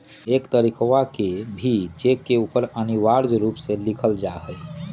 एक तारीखवा के भी चेक के ऊपर अनिवार्य रूप से लिखल जाहई